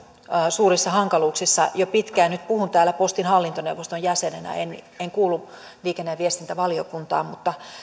suurissa hankaluuksissa jo pitkään ja nyt puhun täällä postin hallintoneuvoston jäsenenä en en kuulu liikenne ja viestintävaliokuntaan mutta